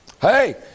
Hey